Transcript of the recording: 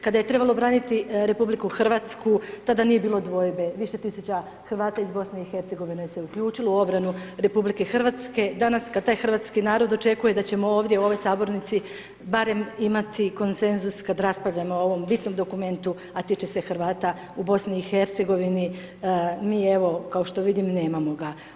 Kada je trebalo braniti RH tada nije bilo dvojbe, više tisuća Hrvata iz BiH se uključilo u obranu RH, danas kad taj hrvatski narod očekuje da ćemo ovdje u ovoj sabornici barem imati konsenzus kad raspravljamo o ovom bitnom dokumentu, a tiče se Hrvata u BiH, mi evo kao što vidim nemamo ga.